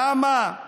למה,